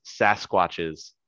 Sasquatches